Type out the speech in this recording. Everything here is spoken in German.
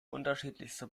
unterschiedliche